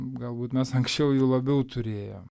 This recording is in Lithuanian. galbūt mes anksčiau jų labiau turėjo